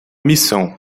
missão